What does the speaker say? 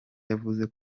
yavuze